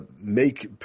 make